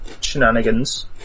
shenanigans